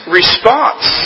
response